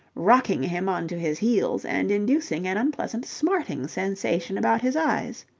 rocking him on to his heels and inducing an unpleasant smarting sensation about his eyes.